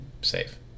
safe